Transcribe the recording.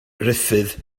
ruffydd